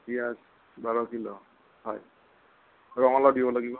পিঁয়াজ বাৰ কিলো হয় ৰঙলাও দিব লাগিব